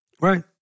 Right